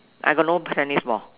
I got no tennis ball